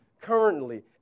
currently